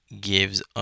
gives